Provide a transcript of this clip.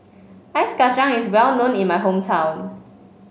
Ice Kachang is well known in my hometown